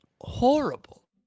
horrible